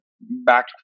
back